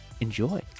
enjoy